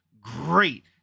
Great